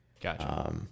Gotcha